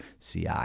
CI